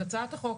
הצעת החוק,